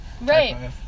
Right